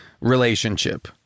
relationship